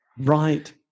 Right